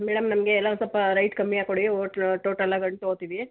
madam ನಮಗೆ ಎಲ್ಲ ಒಂದು ಸ್ವಲ್ಪ ರೈಟ್ ಕಮ್ಮಿ ಹಾಕ್ಕೊಡಿ ಓಟ್ಲು ಟೋಟಲ್ ಆಗಿ ಹಣ್ ತಗೋತೀವಿ